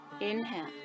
Inhale